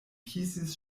kisis